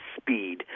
speed